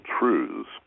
Truths